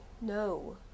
No